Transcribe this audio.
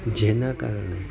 જેનાં કારણે